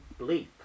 Bleep